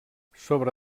sobre